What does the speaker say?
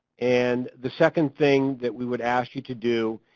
and the second thing that we would ask you to do,